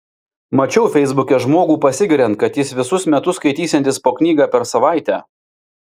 mačiau feisbuke žmogų pasigiriant kad jis visus metus skaitysiantis po knygą per savaitę